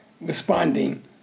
responding